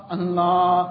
Allah